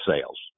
sales